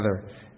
together